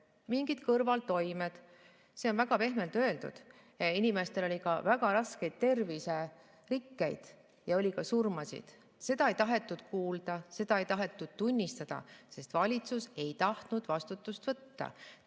mingid kõrvaltoimed. See on väga pehmelt öeldud. Inimestel oli väga raskeid terviserikkeid ja on esinenud ka surmasid. Seda ei tahetud kuulda, seda ei tahetud tunnistada, sest valitsus ei tahtnud vastutada.